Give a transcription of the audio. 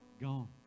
gone